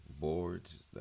boards